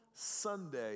Sunday